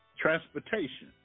Transportation